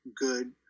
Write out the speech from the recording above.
good